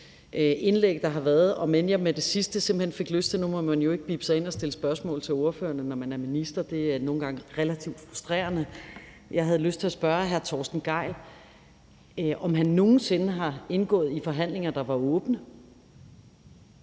frustrerende – at spørge hr. Torsten Gejl, om han nogen sinde har indgået i forhandlinger, der var åbne.